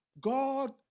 God